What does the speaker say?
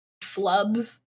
flubs